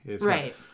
Right